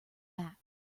back